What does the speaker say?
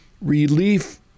relief